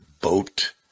boat